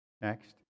Next